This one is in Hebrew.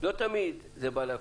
לא תמיד זה בא להקשות.